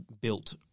built